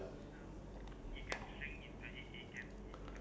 so you are very small so people can't even see you that's the thing